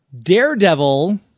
Daredevil